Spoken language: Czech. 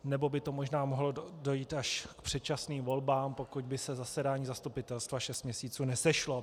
Nebo by to možná mohlo možná dojít až k předčasným volbám, pokud by se zasedání zastupitelstva šest měsíců nesešlo.